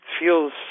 feels